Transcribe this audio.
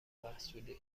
محصولی